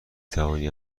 توانی